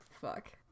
Fuck